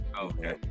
okay